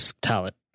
talent